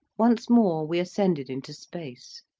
once more we ascended into space.